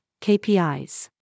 KPIs